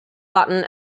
button